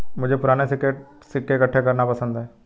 मुझे पूराने सिक्के इकट्ठे करना पसंद है